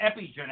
epigenetic